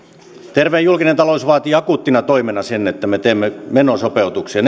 terve julkinen talous vaatii akuuttina toimena sen että me teemme menosopeutuksia